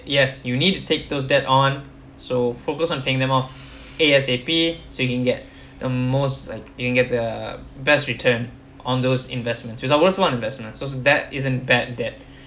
yes you need to take those that aren't so focus on paying them off A_S_A_P so you can get the most like you get the best return on those investment for example full investment so that isn't bad debt